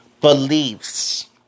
Beliefs